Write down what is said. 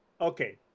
okay